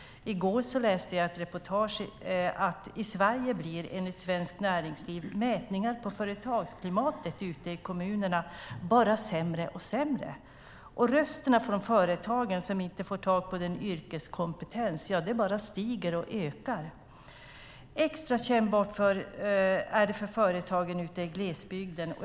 I går läste jag ett reportage om att enligt Svenskt Näringsliv visar mätningar av företagsklimatet i Sverige bara sämre och sämre resultat. Rösterna från företagen som inte får tag på yrkeskompetens bara stiger och ökar. Extra kännbart är det för företagen ute i glesbygden.